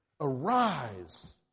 arise